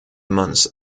months